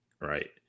right